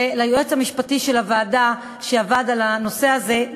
וליועץ המשפטי של הוועדה שעבד על הנושא הזה,